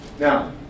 Now